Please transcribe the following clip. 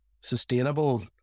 sustainable